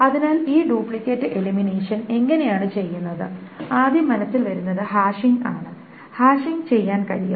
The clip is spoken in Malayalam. അതിനാൽ ഈ ഡ്യൂപ്ലിക്കേറ്റ് എലിമിനേഷൻ എങ്ങനെയാണ് ചെയ്യുന്നത് ആദ്യം മനസ്സിൽ വരുന്നത് ഹാഷിംഗ് ആണ് ഹാഷിംഗ് ചെയ്യാൻ കഴിയും